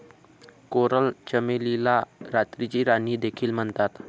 coral चमेलीला रात्रीची राणी देखील म्हणतात